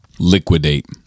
Liquidate